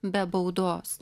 be baudos